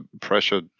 pressure